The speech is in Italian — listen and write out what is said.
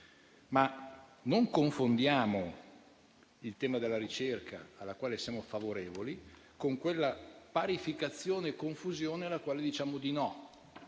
Non confondiamo il tema della ricerca, alla quale siamo favorevoli, con quella parificazione e confusione alla quale diciamo di no